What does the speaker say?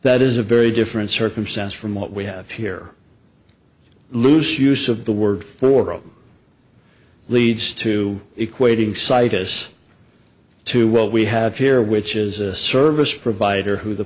that is a very different circumstance from what we have here loose use of the word flora leads to equating situs to well we have here which is a service provider who the